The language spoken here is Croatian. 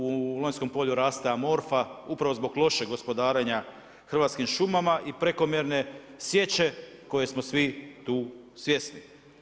U Lonjskom polju raste amorfa upravo zbog lošeg gospodarenja hrvatskim šumama i prekomjerne sječe koje smo svi tu svjesni.